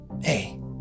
hey